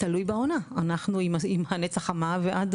תלוי בעונה, אנחנו מהנץ החמה ועד